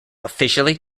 officially